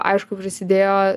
aišku prisidėjo